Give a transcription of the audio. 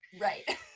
Right